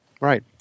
Right